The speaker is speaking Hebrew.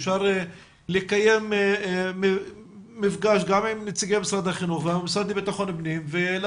אפשר לקיים מפגש גם עם נציגי משרד החינוך והמשרד לבט"פ ולתת